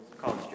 college